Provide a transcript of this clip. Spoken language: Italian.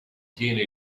tiene